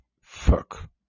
Fuck